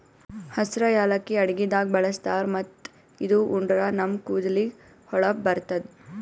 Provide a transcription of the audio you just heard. ಹಸ್ರ್ ಯಾಲಕ್ಕಿ ಅಡಗಿದಾಗ್ ಬಳಸ್ತಾರ್ ಮತ್ತ್ ಇದು ಉಂಡ್ರ ನಮ್ ಕೂದಲಿಗ್ ಹೊಳಪ್ ಬರ್ತದ್